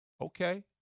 Okay